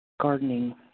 Gardening